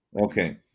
Okay